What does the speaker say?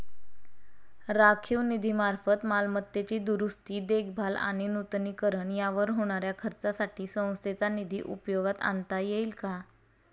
राखीव निधीमार्फत मालमत्तेची दुरुस्ती, देखभाल आणि नूतनीकरण यावर होणाऱ्या खर्चासाठी संस्थेचा निधी उपयोगात आणता येईल का?